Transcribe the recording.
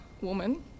woman